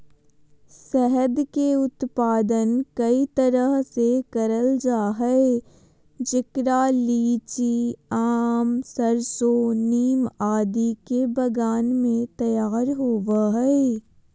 शहद के उत्पादन कई तरह से करल जा हई, जेकरा लीची, आम, सरसो, नीम आदि के बगान मे तैयार होव हई